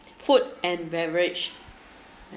food and beverage